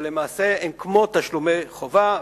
אבל למעשה הם כמו תשלומי חובה,